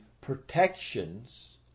protections